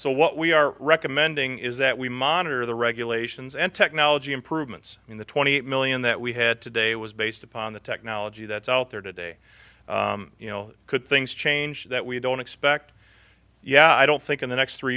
so what we are recommending is that we monitor the regulations and technology improvements in the twenty million that we had today was based upon the technology that's out there today you know could things change that we don't expect yeah i don't think in the next three